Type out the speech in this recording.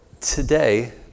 Today